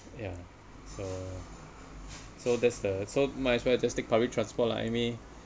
yeah so so that's the so might as well just take public transport lah maybe